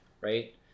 Right